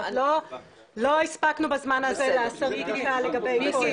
לא הספקנו בזמן הזה לעשות בדיקה לגבי כל ה --- בסדר,